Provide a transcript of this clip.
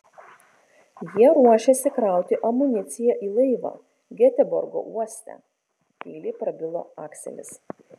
jie ruošėsi krauti amuniciją į laivą geteborgo uoste tyliai prabilo akselis